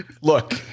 Look